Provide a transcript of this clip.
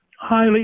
highly